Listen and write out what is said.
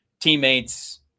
teammates